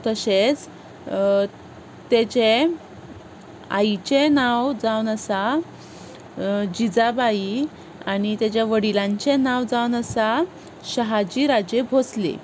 तशेंच ताचें आईचें नांव जावन आसा जिजाबाई आनी तेच्या वडिलांचें नांव जावन आसा शाहाजी राजे भोंसले